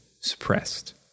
suppressed